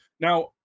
Now